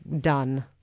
done